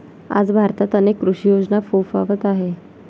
आज भारतात अनेक कृषी योजना फोफावत आहेत